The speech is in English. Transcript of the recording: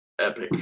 epic